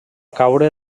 caure